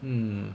hmm